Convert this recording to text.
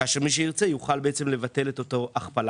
כאשר מי שירצה יוכל לבטל את אותה הכפלה,